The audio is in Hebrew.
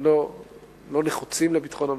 שלא נחוצים לביטחון המדינה,